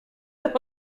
dans